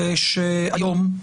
היום,